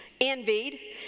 envied